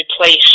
replace